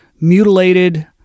mutilated